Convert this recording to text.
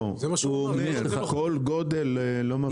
לא, הוא אומר: כל גודל - לא מפריע.